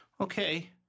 Okay